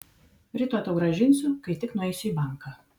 rytoj tau grąžinsiu kai tik nueisiu į banką